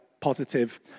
positive